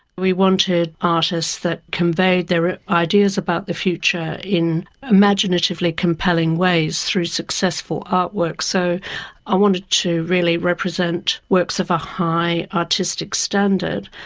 we wanted artists that conveyed their ideas about the future in imaginatively compelling ways through successful artworks. so i wanted to really represent works of a high artistic standard,